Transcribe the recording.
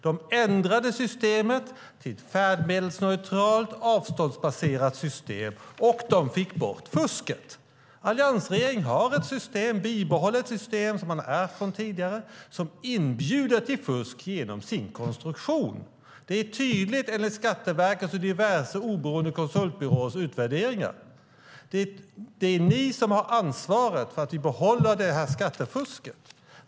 De ändrade systemet till ett färdmedelsneutralt avståndsbaserat system och fick bort fusket. Alliansregeringen har ett bibehållet system som man ärvt från tidigare som inbjuder till fusk genom sin konstruktion. Det är tydligt enligt Skatteverkets och diverse oberoende konsultbyråers utvärderingar. Det är ni som har ansvaret för att vi behåller skattefusket.